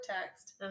text